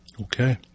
Okay